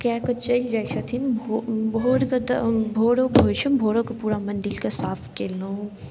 कए कऽ चलि जाइत छथिन भोर भोर कऽ तऽ भोरो कऽ होइत छनि भोरो कऽ पूरा मन्दिलके साफ कयलहुँ